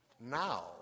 Now